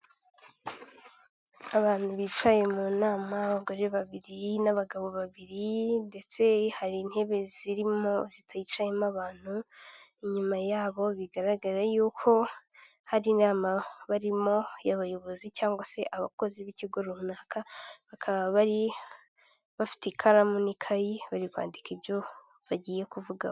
Abantu bicaye mu nama abagore babiri n'abagabo babiri, ndetse hari intebe zirimo zitacayemo abantu, inyuma yabo bigaragara yuko hari inama barimo y'abayobozi cyangwa se abakozi b'ikigo runaka, bakaba bari bafite ikaramu n'ikayi bari kwandika ibyo bagiye kuvugaho.